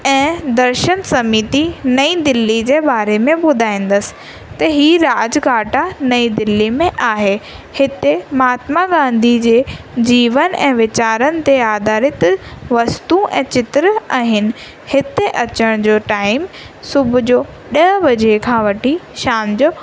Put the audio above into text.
ऐं दर्शन समिती नई दिल्ली जे बारे में ॿुधाईंदसि त हीउ राजघाट आहे नईं दिल्ली में आहे हिते महात्मा गांधी जे जीवन ऐं वीचारनि ते आधारित वस्तु ऐं चित्र आहिनि हिते अचण जो टाइम सुबुह जो ॾहें बजे खां वठी शाम जो